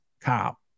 cop